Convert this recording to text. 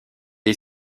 est